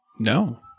No